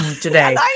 today